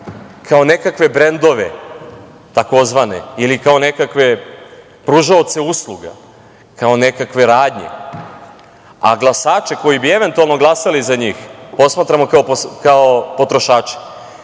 kao nekakve brendove takozvane ili kao nekakve pružaoce usluga, kao nekakve radnje, a glasače koji bi eventualno glasali za njih posmatramo kao potrošače,